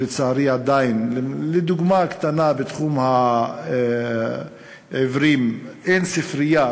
שלצערי עדיין דוגמה קטנה בתחום העיוורים: אין ספרייה.